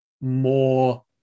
more